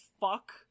fuck